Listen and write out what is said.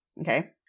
Okay